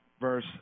verse